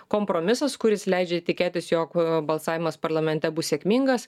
kompromisas kuris leidžia tikėtis jog balsavimas parlamente bus sėkmingas